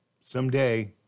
someday